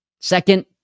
Second